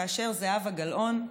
כאשר זהבה גלאון,